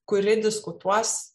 kuri diskutuos